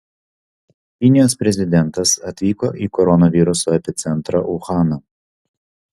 kinijos prezidentas atvyko į koronaviruso epicentrą uhaną